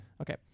Okay